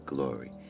Glory